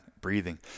breathing